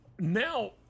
Now